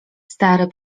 stary